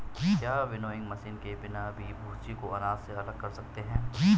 क्या winnowing machine के बिना भी भूसी को अनाज से अलग कर सकते हैं?